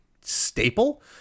staple